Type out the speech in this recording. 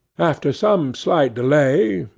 after some slight delay,